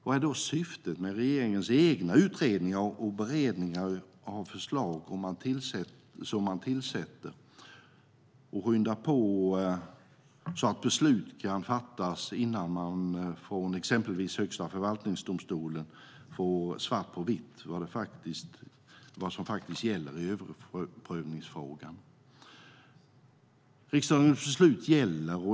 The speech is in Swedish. Vad är då syftet med regeringens egna utredningar och beredningar av förslag som man tillsätter och skyndar på så att beslut kan fattas innan man exempelvis från Högsta förvaltningsdomstolen får svart på vitt vad som faktiskt gäller i överprövningsfrågan? Riksdagens beslut gäller.